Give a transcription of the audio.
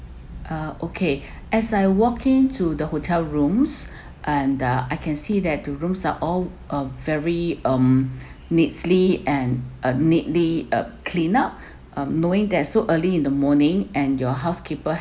uh okay as I walk in to the hotel rooms and uh I can see that the rooms are all are very um neatly and uh neatly uh clean up um knowing that so early in the morning and your housekeeper